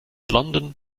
london